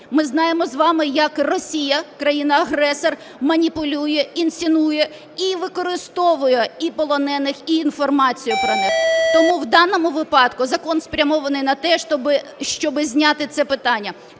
Ми знаємо з вами, як Росія, країна-агресор, маніпулює, інсценує і використовує і полонених, і інформацію про них. Тому в даному випадку закон спрямований на те, щоб зняти це питання.